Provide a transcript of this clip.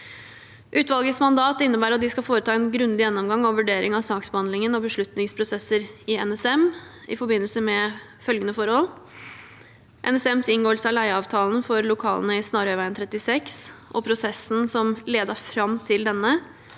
Utvalgets mandat innebærer at de skal foreta en grundig gjennomgang og vurdering av saksbehandlingen og beslutningsprosesser i NSM i forbindelse med følgende forhold: – NSMs inngåelse av leieavtalen for lokalene i Snarøyveien 36 og prosessen som ledet fram til denne,